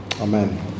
Amen